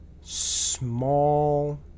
small